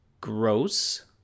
gross